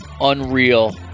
unreal